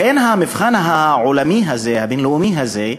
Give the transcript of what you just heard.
לכן המבחן העולמי הזה, הבין-לאומי הזה,